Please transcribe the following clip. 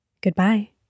Goodbye